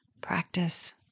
practice